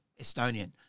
Estonian